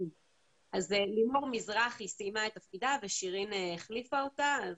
לימור מזרחי סיימה את תפקידה ושירין החליפה אותה.